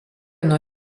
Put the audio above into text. nuo